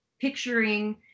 picturing